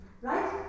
Right